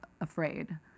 afraid